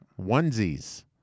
Onesies